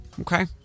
Okay